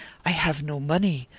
i have no money,